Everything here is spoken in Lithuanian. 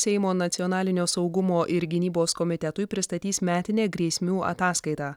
seimo nacionalinio saugumo ir gynybos komitetui pristatys metinę grėsmių ataskaitą